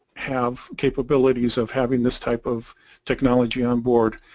have capabilities of having this type of technology on board.